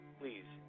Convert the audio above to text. please